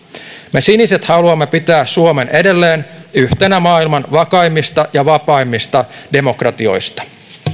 me siniset haluamme pitää suomen edelleen yhtenä maailman vakaimmista ja vapaimmista demokratioista